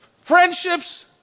friendships